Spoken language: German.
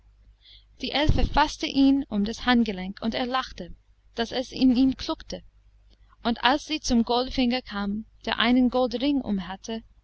die elfe faßte ihn um das handgelenk und er lachte daß es in ihm kluckte und als sie zum goldfinger kam der einen goldring um hatte